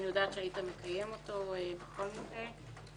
אני יודעת שהיית מקיים אותו בכל מקרה.